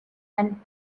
and